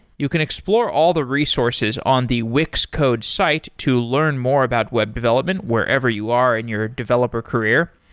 you can explore all the resources on the wix code's site to learn more about web development wherever you are in your developer career.